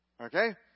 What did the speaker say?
Okay